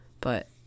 But-